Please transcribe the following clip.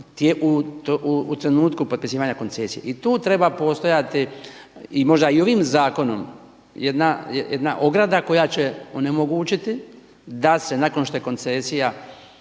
u trenutku potpisivanja koncesije. I tu treba postojati i možda ovim zakonom jedna ograda koja će onemogućiti da se nakon što je koncesija